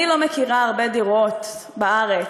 אני לא מכירה הרבה דירות בארץ,